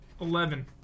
Eleven